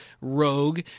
rogue